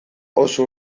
oso